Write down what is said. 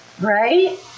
right